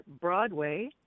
Broadway